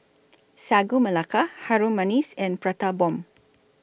Sagu Melaka Harum Manis and Prata Bomb